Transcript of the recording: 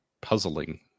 puzzling